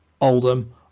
oldham